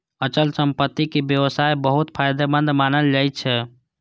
अचल संपत्तिक व्यवसाय बहुत फायदेमंद मानल जाइ छै